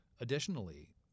Additionally